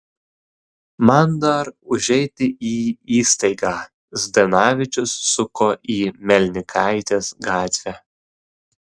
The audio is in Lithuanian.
man dar užeiti į įstaigą zdanavičius suko į melnikaitės gatvę